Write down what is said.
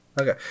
Okay